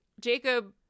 jacob